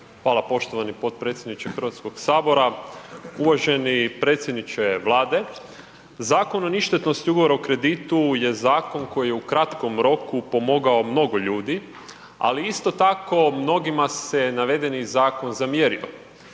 Hvala poštovani potpredsjedniče HS, uvaženi predsjedniče Vlade, Zakon o ništetnosti ugovora o kreditu je zakon koji je u kratkom roku pomogao mnogo ljudi, ali isto tako mnogima se navedeni zakon zamjerio.